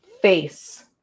face